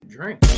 drink